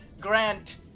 Grant